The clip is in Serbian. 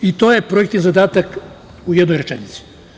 To je projektni zadatak u jednoj rečenici.